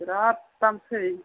बेराद दामसै